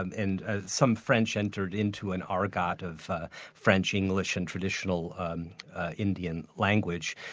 and and some french entered into an argot of french-english and traditional indian language,